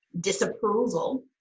disapproval